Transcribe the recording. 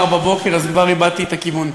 חברת הכנסת עליזה לביא,